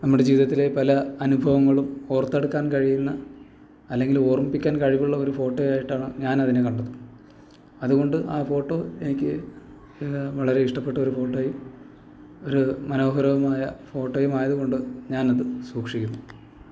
നമ്മുടെ ജീവിതത്തിലെ പല അനുഭവങ്ങളും ഓർത്തെടുക്കാൻ കഴിയുന്ന അല്ലെങ്കില് ഓർമ്മിപ്പിക്കാൻ കഴിവുള്ള ഒരു ഫോട്ടോയായിട്ടാണ് ഞാൻ അതിനെ കണ്ടത് അത്കൊണ്ട് ആ ഫോട്ടോ എനിക്ക് വളരെ ഇഷ്ടപ്പെട്ടൊര് ഫോട്ടോയും ഒരു മനോഹരവുമായ ഫോട്ടോയുമായതുകൊണ്ട് ഞാൻ അത് സൂക്ഷിക്കുന്നു